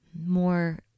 more